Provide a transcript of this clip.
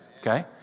Okay